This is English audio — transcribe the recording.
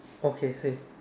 okay same